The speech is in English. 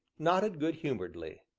nodded good-humoredly.